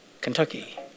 Kentucky